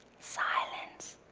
silence.